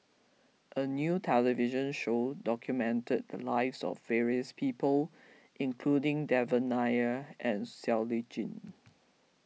a new television show documented the lives of various people including Devan Nair and Siow Lee Chin